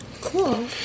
Cool